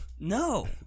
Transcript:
No